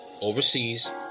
overseas